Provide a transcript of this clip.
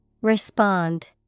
Respond